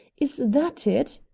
is that it?